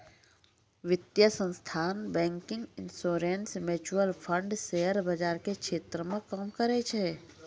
वित्तीय संस्थान banking insurance mutual fund share बाजार के क्षेत्र मे काम करै छै